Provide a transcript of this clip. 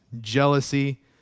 jealousy